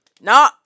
No